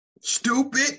Stupid